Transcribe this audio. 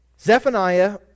Zephaniah